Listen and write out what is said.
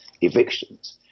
evictions